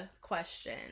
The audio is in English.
question